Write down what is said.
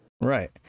Right